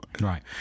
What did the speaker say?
Right